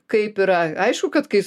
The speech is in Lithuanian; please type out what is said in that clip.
kaip yra aišku kad kai